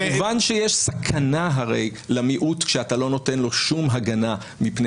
שיש סכנה הרי למיעוט כשאתה לא נותן לו שום הגנה מפני